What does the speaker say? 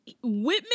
Whitman